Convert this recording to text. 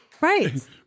Right